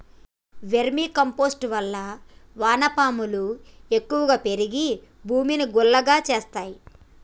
vermi compost వల్ల వాన పాములు ఎక్కువ పెరిగి భూమిని గుల్లగా చేస్తాయి